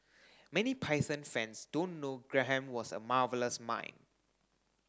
many Python fans don't know Graham was a marvellous mime